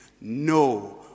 no